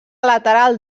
lateral